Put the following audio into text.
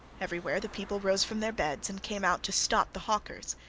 everywhere the people rose from their beds, and came out to stop the hawkers.